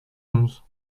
onze